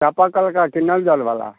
चपा का कि नल जल वाला